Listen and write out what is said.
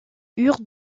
eurent